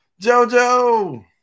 jojo